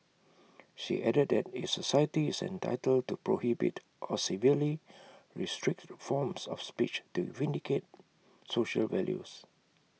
she added that A society is entitled to prohibit or severely restrict forms of speech to vindicate social values